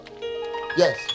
Yes